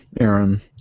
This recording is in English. Aaron